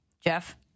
Jeff